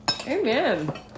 Amen